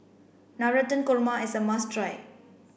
Navratan Korma is a must try